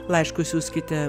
laiškus siųskite